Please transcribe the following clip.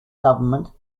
government